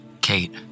Kate